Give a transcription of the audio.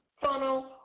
funnel